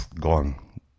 gone